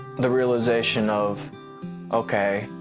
the realization of okay,